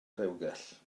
rewgell